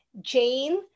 Jane